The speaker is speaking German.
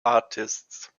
artists